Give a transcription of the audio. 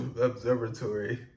Observatory